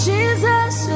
Jesus